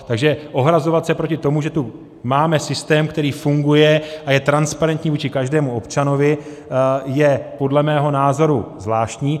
Takže ohrazovat se proti tomu, že tu máme systém, který funguje a je transparentní vůči každému občanovi, je podle mého názoru zvláštní.